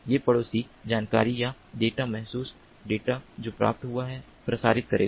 ये पड़ोसी जानकारी या डेटा महसूस डाटा जो प्राप्त हुआ है प्रसारित करेगा